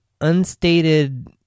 unstated